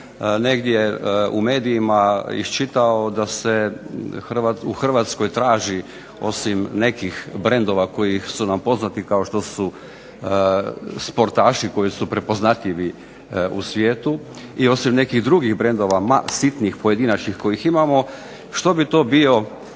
negdje u medijima iščitao da se u Hrvatskoj traži osim nekih brendova koji su nam poznati kao što su sportaši koji su prepoznatljivi u svijetu, i osim nekih drugih brendova sitnih pojedinačnih kojih imamo, što bi to bio